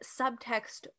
subtext